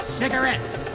cigarettes